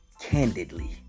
Candidly